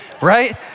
right